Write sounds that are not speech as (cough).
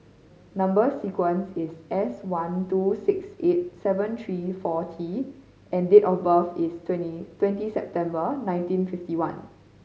number sequence is S one two six eight seven three four T and date of birth is (unintelligible) twenty September nineteen fifty one